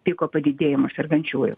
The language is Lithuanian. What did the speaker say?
piko padidėjimo sergančiųjų